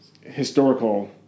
historical